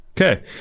Okay